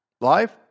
Life